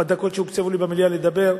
בדקות שהוקצבו לי לדבר במליאה.